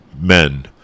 men